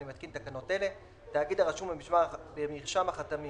אני מתקין תקנות אלה: גוף1.תאגיד הרשום במרשם החתמים